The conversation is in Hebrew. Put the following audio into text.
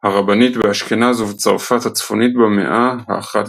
הרבנית באשכנז ובצרפת הצפונית במאה הי"א".